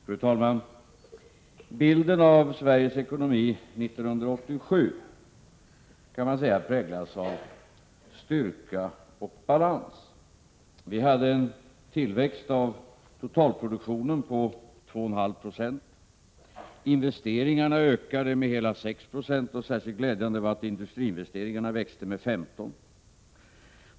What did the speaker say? Fru talman! Bilden av Sveriges ekonomi 1987 präglades, kan man säga, av styrka och balans. Vi hade en tillväxt av totalproduktionen på 2,5 96. Investeringarna ökade med hela 6 90. Särskilt glädjande var att industriinvesteringarna växte med 15 90.